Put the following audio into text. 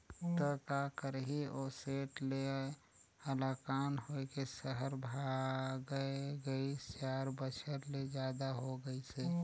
त का करही ओ सेठ ले हलाकान होए के सहर भागय गइस, चार बछर ले जादा हो गइसे